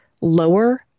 lower